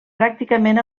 pràcticament